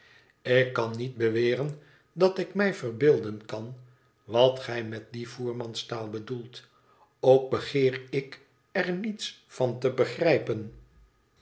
ik kan niet beweren dat ik mij verbeelden kan wat gij met die voermanstaai bedoelt ook begeer ik er niets van te begrijpen